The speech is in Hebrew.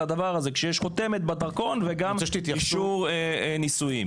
הדבר הזה כשיש חותמת בדרכון וגם אישור נישואין.